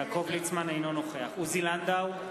אינו נוכח עוזי לנדאו,